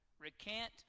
recant